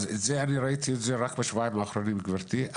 אז ראיתי את זה רק בשבועיים האחרונים, גברתי.